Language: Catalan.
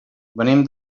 venim